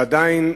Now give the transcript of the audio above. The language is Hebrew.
ועדיין